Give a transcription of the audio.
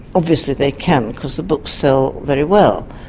obviously they can because the books sell very well,